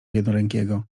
jednorękiego